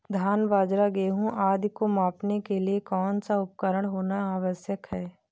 धान बाजरा गेहूँ आदि को मापने के लिए कौन सा उपकरण होना आवश्यक है?